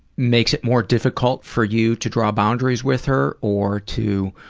makes it more difficult for you to draw boundaries with her, or to